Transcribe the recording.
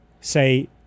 say